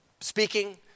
speaking